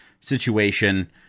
situation